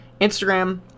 Instagram